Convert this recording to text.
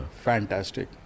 Fantastic